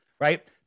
right